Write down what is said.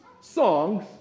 songs